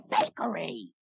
bakery